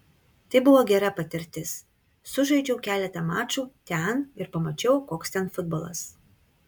tai buvo gera patirtis sužaidžiau keletą mačų ten ir pamačiau koks ten futbolas